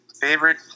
Favorite